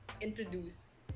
introduce